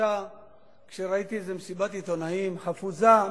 שלושה שבועות כשראיתי איזו מסיבת עיתונאים חפוזה,